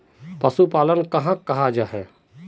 पशुपालन कहाक को जाहा?